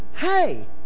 Hey